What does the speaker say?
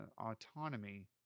autonomy